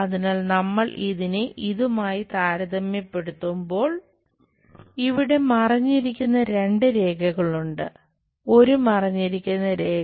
അതിനാൽ നമ്മൾ ഇതിനെ ഇതുമായി താരതമ്യപ്പെടുത്തുമ്പോൾ ഇവിടെ മറഞ്ഞിരിക്കുന്ന രണ്ട് രേഖകൾ ഉണ്ട് ഒരു മറഞ്ഞിരിക്കുന്ന രേഖ